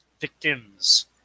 victims